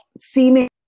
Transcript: seeming